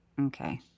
Okay